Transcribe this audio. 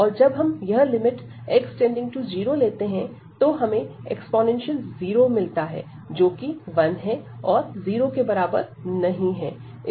और जब हम यह लिमिट x→0 लेते हैं तो हमें e0 मिलता है जो की 1 है और 0 के बराबर नहीं है